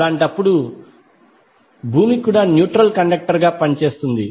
అలాంటప్పుడు భూమి కూడా న్యూట్రల్ కండక్టర్ గా పనిచేస్తుంది